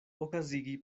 okazigi